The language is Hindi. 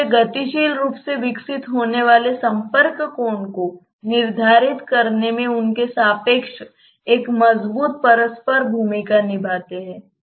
इसलिए गतिशील रूप से विकसित होने वाले संपर्क कोण को निर्धारित करने में उनके सापेक्ष एक मजबूत परस्पर भूमिका निभाते हैं